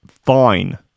fine